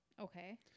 Okay